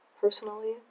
personally